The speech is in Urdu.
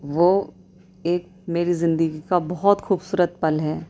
وہ ایک میری زندگی کا بہت خوبصورت پل ہے